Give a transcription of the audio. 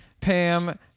Pam